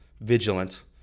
vigilant